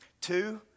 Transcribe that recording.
Two